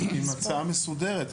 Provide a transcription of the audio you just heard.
הצעה מסודרת.